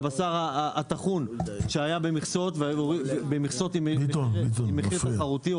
הבשר הטחון שהיה במכסות עם מחיר תחרותי,